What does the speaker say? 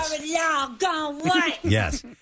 Yes